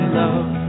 love